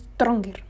stronger